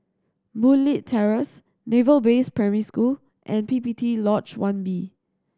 Boon Leat Terrace Naval Base Primary School and PPT Lodge One B